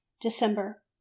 december